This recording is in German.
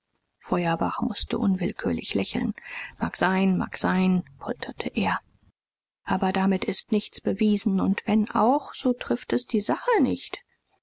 feuerbach mußte unwillkürlich lächeln mag sein mag sein polterte er aber damit ist nichts bewiesen und wenn auch so trifft es die sache nicht